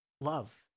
love